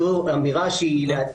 זו אמירה שהיא בעצמה,